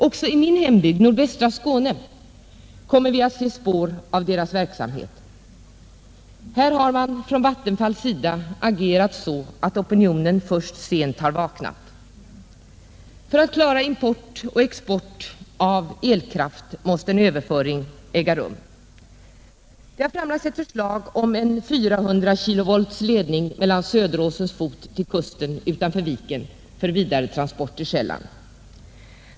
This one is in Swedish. Också i min hembygd, nordvästra Skåne, kommer vi att se spår av dess verksamhet. Här har Vattenfall agerat så att opinionen först sent vaknat. För att klara import och export av elkraft måste en överföring äga rum. Det har framlagts ett förslag om att lägga en 400 kilovolts ledning mellan Söderåsens fot och kusten utanför Viken för vidare transport till Själland.